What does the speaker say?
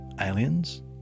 aliens